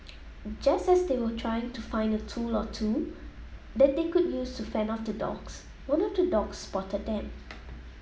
just as they were trying to find a tool or two that they could use to fend off the dogs one of the dogs spotted them